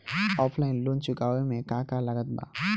Offline loan चुकावे म का का लागत बा?